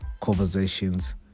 Conversations